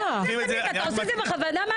אתה עושה את זה בכוונה?